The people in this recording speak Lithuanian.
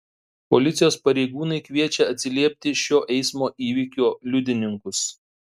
policijos pareigūnai kviečia atsiliepti šio eismo įvykio liudininkus